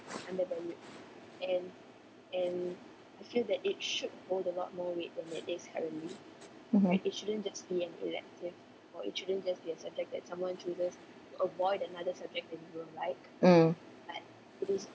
mmhmm mm